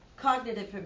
Cognitive